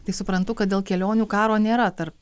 tai suprantu kad dėl kelionių karo nėra tarp